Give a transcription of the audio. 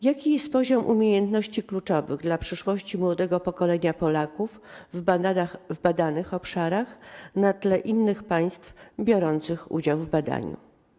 Jaki jest poziom umiejętności kluczowych dla przyszłości młodego pokolenia Polaków w badanych obszarach na tle innych państw biorących udział w badaniu?